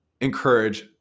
encourage